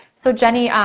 so, jenny,